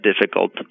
difficult